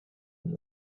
and